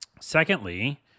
Secondly